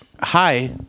Hi